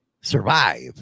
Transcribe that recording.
survive